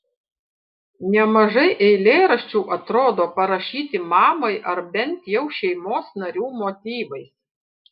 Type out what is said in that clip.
nemažai eilėraščių atrodo parašyti mamai ar bent jau šeimos narių motyvais